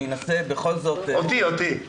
אני אנסה בכל זאת -- אותי, אותי.